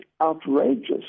outrageous